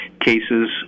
cases